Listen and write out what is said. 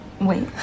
Wait